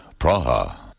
Praha